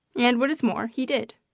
and what is more he did.